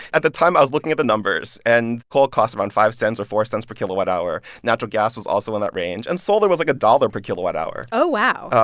at the time, i was looking at the numbers, and coal cost around five cents or four cents per kilowatt hour. natural gas was also in that range. and solar was, like, a dollar per kilowatt hour oh, wow.